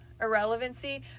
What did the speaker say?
irrelevancy